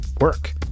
work